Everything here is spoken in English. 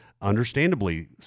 understandably